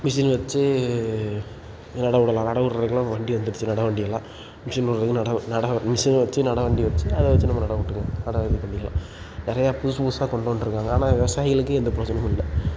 machine வெச்சு நடவு விடலாம் நடவு விட்றதுக்குலாம் வண்டி வந்துடுச்சு நடவு வண்டி எல்லாம் மிஷின் விட்றது நடவு நடவு மிஷினை வெச்சு நடவு வண்டி வெச்சு அதை வெச்சு நம்ம நடவு விட்டுக்கலாம் நடவு இது பண்ணிக்கலாம் நிறைய புதுசு புதுசாக கொண்டு வந்திருக்காங்க ஆனால் விவசாயிகளுக்கு எந்த ப்ரோஜனமும் இல்லை